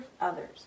others